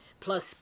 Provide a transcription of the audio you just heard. plus